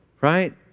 right